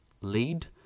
lead